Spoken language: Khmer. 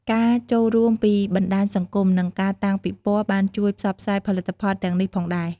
ការចូលរួមពីបណ្ដាញសង្គម និងការតាំងពិព័រណ៍បានជួយផ្សព្វផ្សាយផលិតផលទាំងនេះផងដែរ។